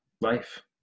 life